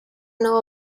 know